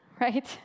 right